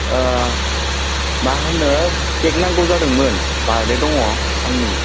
माहोनो केक नांगौ जादोंमोन बार्थदे दङ आंनि